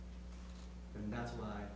and that's why